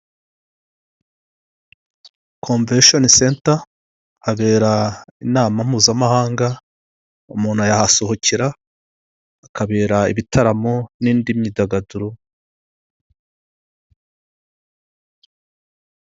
Konvesheni senta, habera inama mpuzamahanga, umuntu yahasohokera, hakabera ibitaramo n'indi myidagaduro.